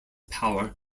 power